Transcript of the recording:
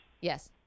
Yes